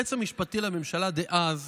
היועץ המשפטי לממשלה דאז